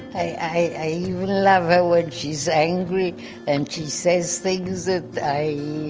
i even love her when she's angry and she says things that i,